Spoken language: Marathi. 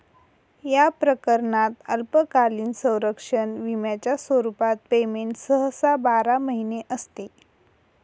या प्रकरणात अल्पकालीन संरक्षण विम्याच्या स्वरूपात पेमेंट सहसा बारा महिने असते